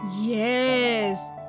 Yes